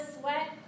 sweat